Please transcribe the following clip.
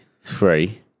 Three